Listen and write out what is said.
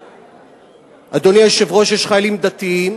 אדוני היושב-ראש, יש חיילים דתיים